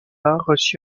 reçu